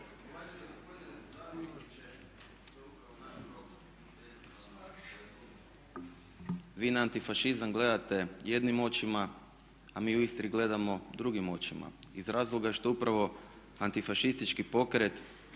Vi na antifašizam gledate jednim očima a mi u Istri gledamo drugim očima. Iz razloga što upravo antifašistički pokret